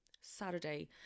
Saturday